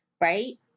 right